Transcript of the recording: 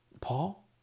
Paul